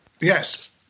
yes